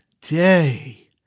day